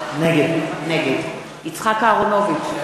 נגד יצחק אהרונוביץ,